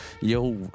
Yo